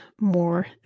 more